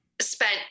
spent